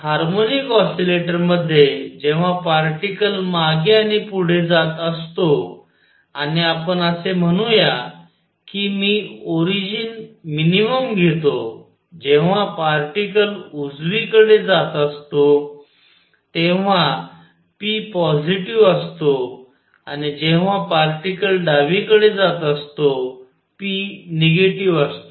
तर हार्मोनिक ऑसीलेटरमध्ये जेव्हा पार्टिकल मागे आणि पुढे जात असतो आणि आपण असे म्हणूया की मी ओरिजिन मिनिमम घेतो जेव्हा पार्टिकल उजवीकडे जात असतो तेव्हा p पॉजिटीव्ह असतो आणि जेव्हा पार्टिकल डावीकडे जात असतो p निगेटिव्ह असतो